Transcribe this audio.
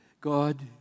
God